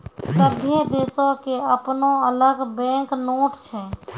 सभ्भे देशो के अपनो अलग बैंक नोट छै